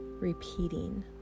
repeating